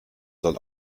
soll